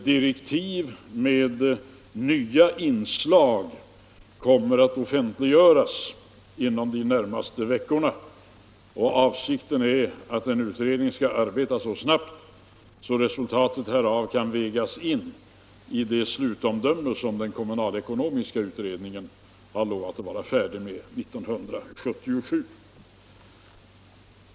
Direktiv med nya inslag kommer att offentliggöras inom de närmaste veckorna. Avsikten är att en utredning skall arbeta så snabbt att resultatet härav kan vägas in i det slutomdöme som den kommunalekonomiska utredningen har lovat vara färdig med 1977.